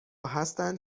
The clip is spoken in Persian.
هستند